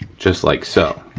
just like so.